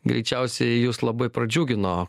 greičiausiai jus labai pradžiugino